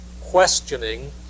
questioning